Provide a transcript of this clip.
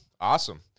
awesome